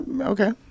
Okay